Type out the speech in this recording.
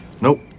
Nope